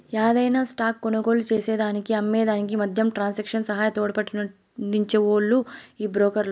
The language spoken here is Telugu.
యాదైన స్టాక్ కొనుగోలు చేసేదానికి అమ్మే దానికి మద్యం ట్రాన్సాక్షన్ సహా తోడ్పాటునందించే ఓల్లు ఈ బ్రోకర్లు